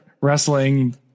Wrestling